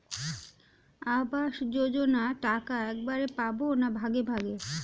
আবাস যোজনা টাকা একবারে পাব না ভাগে ভাগে?